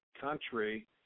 country